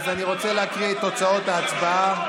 אני רוצה להקריא את תוצאות ההצבעה,